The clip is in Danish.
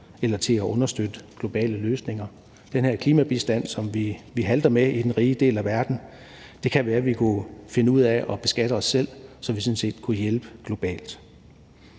eller til at understøtte globale løsninger, f.eks. med den her klimabistand, som vi halter med i den rige del af verden. Det kan være, at vi kunne finde ud af at beskatte os selv, så vi sådan set kunne hjælpe globalt.